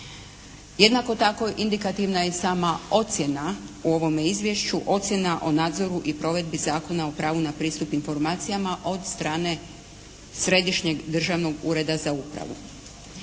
Jednako tako indikativna je i sama ocjena u ovome izvješću, ocjena o nadzoru i provedbi Zakona o pravu na pristup informacijama od strane Središnjeg državnog ureda za upravu.